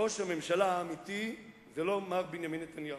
ראש הממשלה האמיתי הוא לא מר בנימין נתניהו,